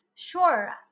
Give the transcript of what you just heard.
Sure